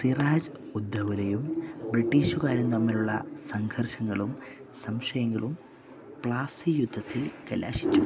സിറാജ് ഉദ് ദൗലയും ബ്രിട്ടീഷുകാരും തമ്മിലുള്ള സംഘർഷങ്ങളും സംശയങ്ങളും പ്ലാസി യുദ്ധത്തിൽ കലാശിച്ചു